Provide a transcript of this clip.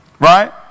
Right